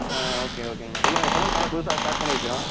ஆ okay ஓகேங்கண்ணா இல்லை இப்போதான் கடை புதுசாக ஸ்டார்ட் பண்ணியிருக்குறோம்